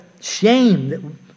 shame